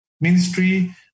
ministry